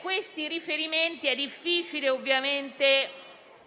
questi riferimenti è difficile capire